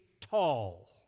tall